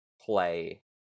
play